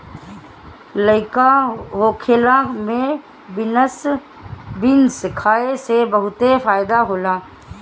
लइका होखला में बीन्स खाए से बहुते फायदा होला